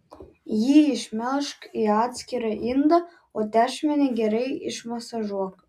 jį išmelžk į atskirą indą o tešmenį gerai išmasažuok